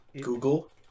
Google